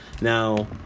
Now